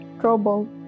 trouble